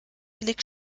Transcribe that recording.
blick